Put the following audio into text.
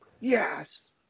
Yes